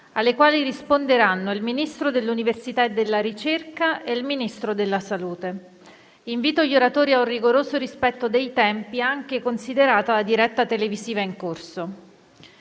alle quali risponderanno il Ministro dell'università e della ricerca e il Ministro della salute. Invito gli oratori ad un rigoroso rispetto dei tempi, considerata la diretta televisiva in corso.